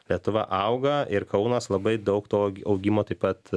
lietuva auga ir kaunas labai daug to augimo taip pat